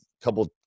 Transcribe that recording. couple